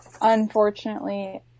unfortunately